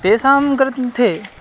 तेषां ग्रन्थे